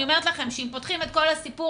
אני אומרת לכם אם פותחים את כל הסיפור